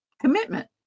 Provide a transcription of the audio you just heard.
commitment